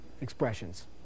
expressions